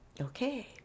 okay